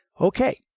Okay